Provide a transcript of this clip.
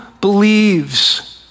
believes